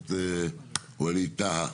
הכנסת ווליד טאהא.